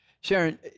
Sharon